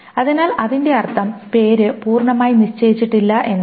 അതിനാൽ അതിന്റെ അർത്ഥം പേര് പൂർണ്ണമായി നിശ്ചയിച്ചിട്ടില്ല എന്നാണ്